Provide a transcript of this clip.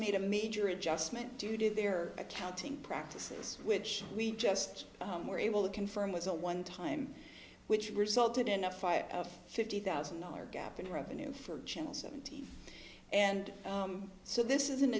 made a major adjustment due to their accounting practices which we just were able to confirm was a one time which resulted in a fire fifty thousand dollars gap in revenue for channel seventeen and so this is an